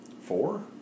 Four